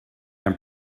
and